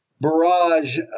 barrage